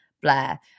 Blair